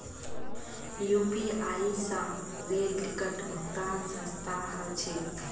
UPI स rail ticket भुक्तान सस्ता ह छेक